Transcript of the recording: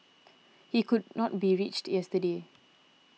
he could not be reached yesterday